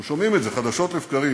אנחנו שומעים את זה חדשות לבקרים,